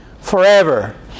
forever